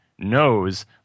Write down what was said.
knows